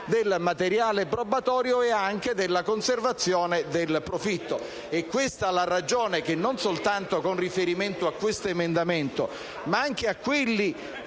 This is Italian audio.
del materiale probatorio e anche della conservazione del profitto. È questa la ragione che, non soltanto con riferimento a questo emendamento ma anche a quelli